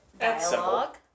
dialogue